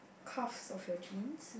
cuffs of your jeans